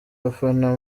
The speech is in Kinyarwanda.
abafana